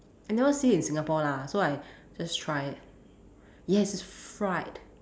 I never see in Singapore lah so I just try yes it's fried